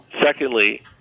Secondly